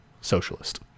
socialist